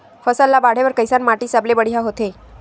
फसल ला बाढ़े बर कैसन माटी सबले बढ़िया होथे?